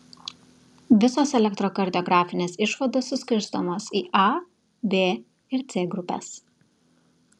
visos elektrokardiografinės išvados suskirstomos į a b ir c grupes